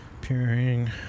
Peering